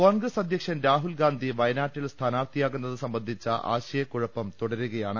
കോൺഗ്രസ് അധ്യക്ഷൻ രാഹുൽ ഗാന്ധി വയനാട്ടിൽ സ്ഥാനാർഥിയാകുന്നത് സംബന്ധിച്ച ആശയക്കുഴപ്പം തുടരുകയാണ്